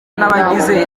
n’abagize